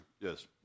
yes